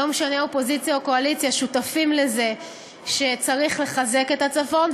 לא משנה אופוזיציה או קואליציה שותפים לזה שצריך לחזק את הצפון.